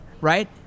Right